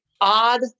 odd